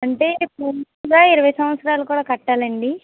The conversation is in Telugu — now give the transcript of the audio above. అంటే పూర్తిగా ఇరవై సంవత్సరాలు కూడా కట్టాలండీ